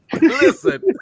listen